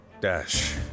Dash